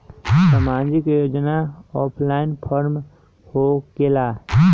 समाजिक योजना offline form होकेला?